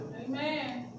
Amen